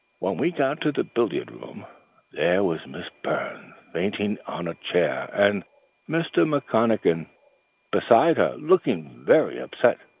when we got to the billiard-room there was miss byrne fainting on a chair, and mr. mcconachan beside her, looking very upset